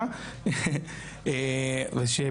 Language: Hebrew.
אז כמו שאמרו, הנשא ירד מחוק ההסדרים.